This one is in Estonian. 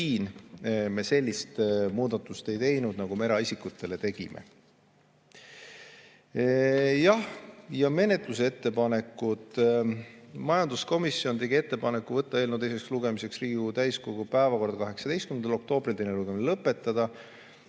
siin me sellist muudatust ei teinud, nagu me eraisikutele tegime. Menetluslikud ettepanekud. Majanduskomisjon tegi ettepaneku võtta eelnõu teiseks lugemiseks Riigikogu täiskogu päevakorda 18. oktoobril ja teine lugemine lõpetada.